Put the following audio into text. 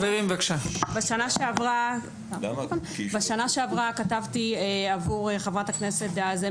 בשנה שעברה כתבתי עבור חברת הכנסת דאז,